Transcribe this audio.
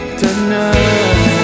tonight